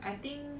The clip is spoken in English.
I think